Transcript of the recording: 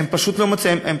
והם פשוט מזיעים,